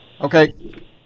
Okay